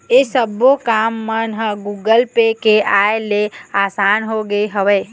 ऐ सब्बो काम मन ह गुगल पे के आय ले असान होगे हवय